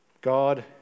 God